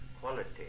quality